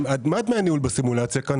מה דמי הניהול בסימולציה כאן,